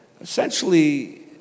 essentially